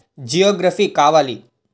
Geography కావాలి